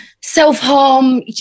self-harm